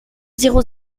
zéro